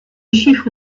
chiffre